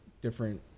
different